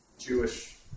Jewish